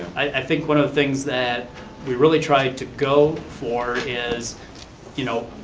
i think one of the things that we really tried to go for is you know